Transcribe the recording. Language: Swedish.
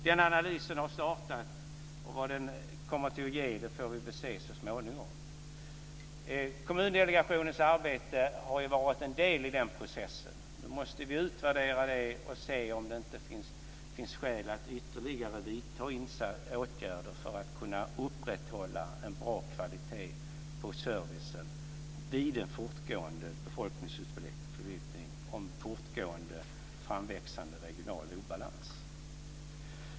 Den analysen har startat. Vad den kommer att ge får vi väl se så småningom. Kommundelegationens arbete har ju varit en del av den processen. Då måste vi utvärdera det och se om det inte finns skäl att vidta ytterligare åtgärder för att kunna upprätthålla en bra kvalitet på servicen vid en fortgående befolkningsutflyttning och en fortsatt framväxande regional obalans.